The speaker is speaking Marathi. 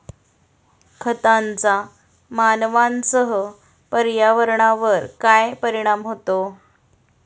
खतांचा मानवांसह पर्यावरणावर काय परिणाम होतो?